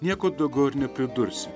nieko daugiau ir nepridursi